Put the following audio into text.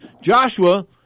Joshua